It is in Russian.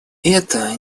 это